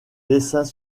dessins